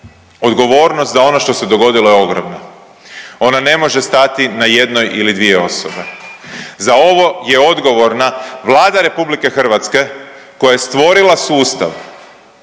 odgovornost za ono što se dogodilo je ogromna, ona ne može stati na jednoj ili dvije osobe, za ovo je odgovorna Vlada RH koja je stvorila sustav